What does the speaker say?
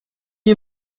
you